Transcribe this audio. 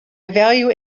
value